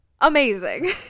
Amazing